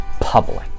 public